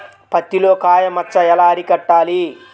పత్తిలో కాయ మచ్చ ఎలా అరికట్టాలి?